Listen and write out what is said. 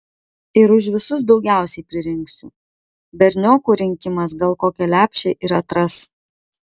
ir už visus daugiausiai pririnksiu berniokų rinkimas gal kokią lepšę ir atras